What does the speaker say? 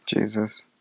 Jesus